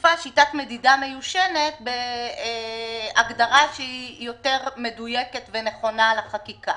מחליפה שיטת מדידה מיושנת בהגדרה יותר מדויקת ונכונה לחקיקה.